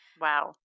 Wow